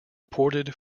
ported